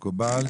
מקובל.